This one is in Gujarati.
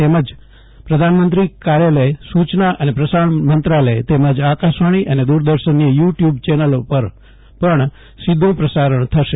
તેમજ પ્રધાનમંત્રી કાર્યાલય સુચના અને પ્રસારણ મંત્રાલય તેમજ આકાશવાણી અને દુરદર્શનની યુ ટયુબ ચેનલો પર પણ સીધુ પ્રસારણ થશે